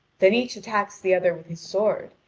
then each attacks the other with his sword,